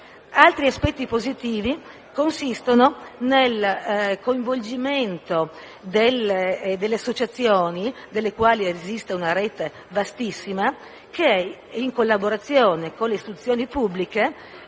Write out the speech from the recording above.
Altri aspetti positivi consistono nel coinvolgimento delle associazioni (ne esiste una rete vastissima) che, in collaborazione con le istituzioni pubbliche,